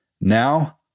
Now